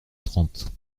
trente